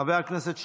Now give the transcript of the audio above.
חבר הכנסת אקוניס,